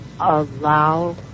allow